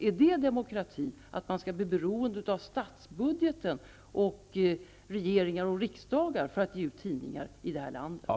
Är det demokrati att man för att kunna ge ut tidningar måste bli beroende av statsbudgeten och regeringar och riksdagar?